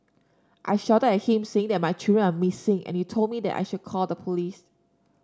I shouted at him saying that my children are missing and he told me that I should call the police